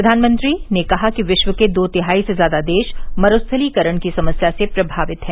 प्रधानमंत्री ने कहा कि विश्व के दो तिहाई से ज्यादा देश मरूस्थलीकरण की समस्या से प्रभावित हैं